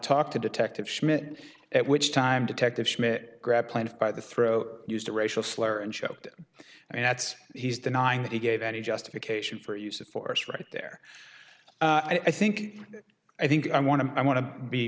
talk to detective schmidt at which time detective schmidt grabbed plaintiff by the throat used a racial slur and choked him and that's he's denying that he gave any justification for use of force right there i think i think i want to i want to be